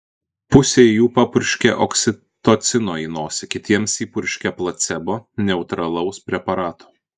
pusei jų papurškė oksitocino į nosį kitiems įpurškė placebo neutralaus preparato